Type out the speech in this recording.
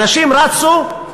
אנשים רצו,